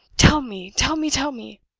tell me! tell me! tell me!